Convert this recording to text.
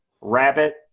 rabbit